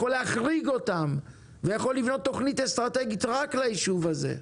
יכול להחריג אותם ויכול לבנות תוכנית אסטרטגית רק ליישוב הזה.